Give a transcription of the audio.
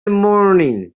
morning